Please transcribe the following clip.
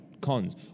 cons